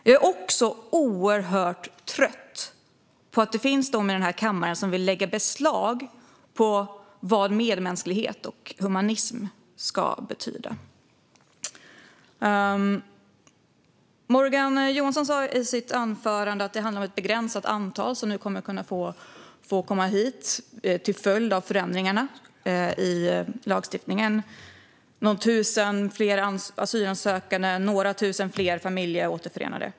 Jag är också oerhört trött på att det finns de i denna kammare som vill lägga beslag på vad medmänsklighet och humanism ska betyda. Morgan Johansson sa i sitt anförande att det till följd av förändringarna i lagstiftningen är ett begränsat antal som kommer att få komma hit. Det handlar om något tusental fler asylsökande och några tusen fler familjeåterförenade.